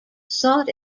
sought